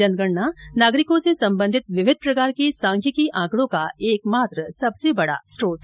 जनगणना नागरिकों से संबंधित विविध प्रकार के सांख्यिकी आंकड़ों का एकमात्र सबसे बड़ा स्रोत्र है